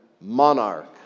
monarch